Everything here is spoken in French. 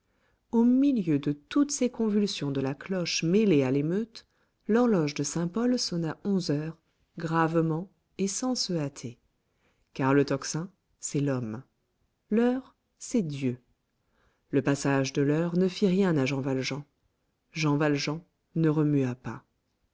au milieu de toutes ces convulsions de la cloche mêlée à l'émeute l'horloge de saint-paul sonna onze heures gravement et sans se hâter car le tocsin c'est l'homme l'heure c'est dieu le passage de l'heure ne fit rien à jean valjean jean valjean ne remua pas